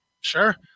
sure